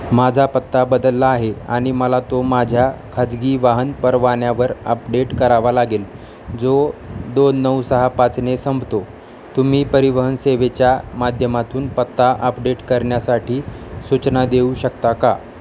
माझा पत्ता बदलला आहे आणि मला तो माझ्या खाजगी वाहन परवान्यावर अपडेट करावा लागेल जो दोन नऊ सहा पाचने संपतो तुम्ही परिवहन सेवेच्या माध्यमातून पत्ता आपडेट करण्यासाठी सूचना देऊ शकता का